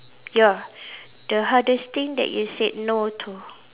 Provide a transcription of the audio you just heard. ya the hardest thing that you said no too